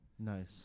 Nice